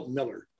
Miller